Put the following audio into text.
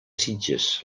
sitges